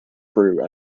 grew